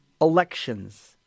elections